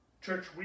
Church